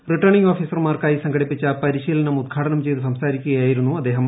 returning ഓഫീസർമാർക്കായി സംഘടിപ്പിച്ച പരിശീലനം ഉദ്ഘാടനം ചെയ്തു സംസാരിക്കുകയായിരുന്നു അദ്ദേഹം